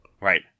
Right